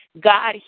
God